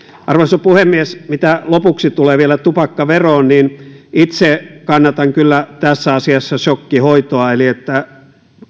arvoisa puhemies mitä lopuksi tulee vielä tupakkaveroon niin itse kannatan kyllä tässä asiassa sokkihoitoa eli sitä että